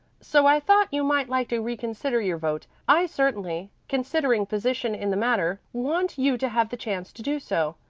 so i thought you might like to reconsider your vote. i certainly, considering position in the matter, want you to have the chance to do so.